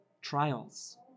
trials